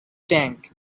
tank